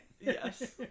Yes